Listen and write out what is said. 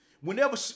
whenever